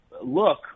look